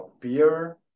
beer